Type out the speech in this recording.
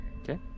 Okay